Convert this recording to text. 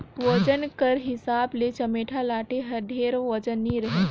ओजन कर हिसाब ले चमेटा लाठी हर ढेर ओजन नी रहें